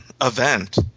event